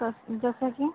तसं जसं की